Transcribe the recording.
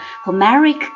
Homeric